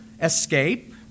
escape